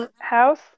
house